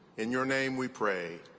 in your name, we pray,